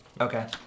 Okay